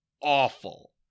awful